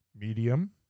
medium